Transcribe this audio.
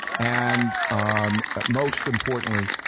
and um ah most importantly,